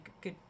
good